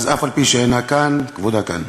אז אף-על-פי שהיא אינה כאן, כבודה כאן.